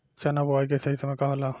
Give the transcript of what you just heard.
चना बुआई के सही समय का होला?